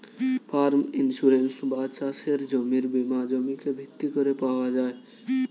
farm insurance বা চাষের জমির বীমা জমিকে ভিত্তি করে পাওয়া যায়